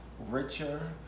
richer